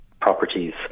properties